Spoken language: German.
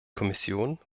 kommission